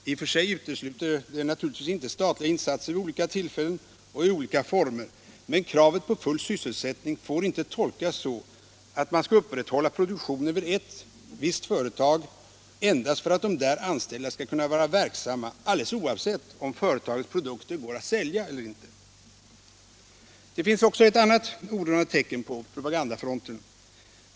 I och för sig utesluter detta naturligtvis inte statliga insatser vid olika tillfällen och i olika former, men kravet på full sysselsättning får inte tolkas så att man skall upprätthålla produktionen vid ett visst företag endast för att de där anställda skall kunna vara verksamma, alldeles oavsett om företagets produkter går att sälja eller inte. Det finns också ett annat oroväckande tecken på propagandafronten.